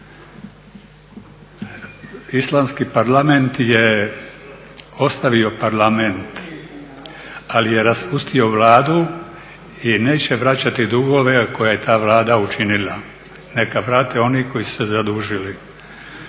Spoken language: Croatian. islandski parlament je ostavio parlament, ali je raspustio vladu i neće vraćati dugove koje je ta Vlada učinila. Neka vrate oni koji su se zadužili.